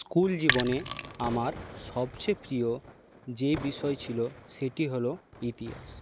school জীবনে আমার সবচেয়ে প্রিয় যে বিষয় ছিল সেটি হল ইতিহাস